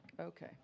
Okay